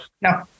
No